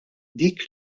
dik